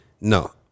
no